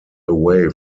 away